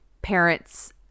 parents